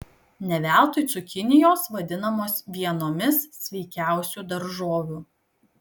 ne veltui cukinijos vadinamos vienomis sveikiausių daržovių